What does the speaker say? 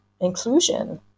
inclusion